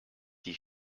die